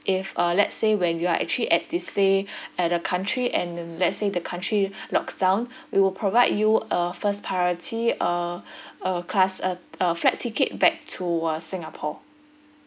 if uh let's say when you are actually at this stay at a country and then let say the country locks down we will provide you a first priority uh uh class uh a flight ticket back to uh singapore